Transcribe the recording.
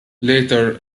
later